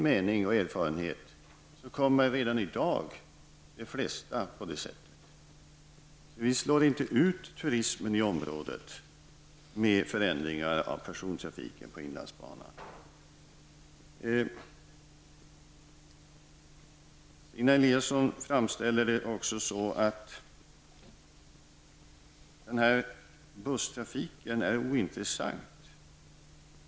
Jag har erfarenhet av att de flesta redan i dag åker på det sättet. Vi slår inte ut turismen i området genom förändringar av persontrafiken på inlandsbanan. Stina Eliasson framställer frågan som om busstrafiken är ointressant.